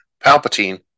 Palpatine